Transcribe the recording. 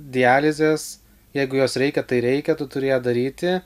dializės jeigu jos reikia tai reikia tu turi ją daryti